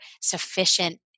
sufficient